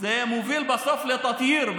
זה מוביל בסוף לתטייר,